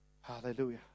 hallelujah